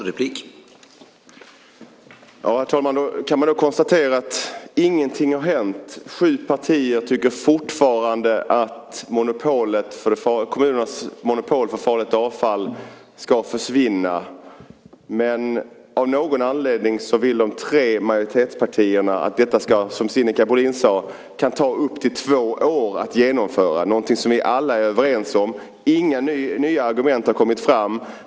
Herr talman! Jag kan konstatera att ingenting har hänt. Sju partier tycker fortfarande att kommunernas monopol i fråga om farligt avfall ska försvinna. Men av någon anledning vill de tre majoritetspartierna att detta ska ta upp till två år att genomföra, som Sinikka Bohlin sade, trots att detta är någonting som vi alla är överens om. Inga nya argument har kommit fram.